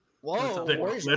Whoa